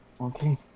Okay